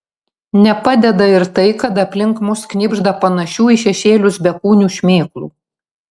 nepadeda ir tai kad aplink mus knibžda panašių į šešėlius bekūnių šmėklų